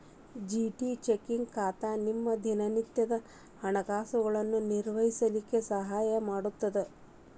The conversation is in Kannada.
ಜಿ.ಟಿ ಚೆಕ್ಕಿಂಗ್ ಖಾತಾ ನಿಮ್ಮ ದಿನನಿತ್ಯದ ಹಣಕಾಸುಗಳನ್ನು ನಿರ್ವಹಿಸ್ಲಿಕ್ಕೆ ಸಹಾಯ ಮಾಡುತ್ತದೆ